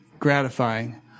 gratifying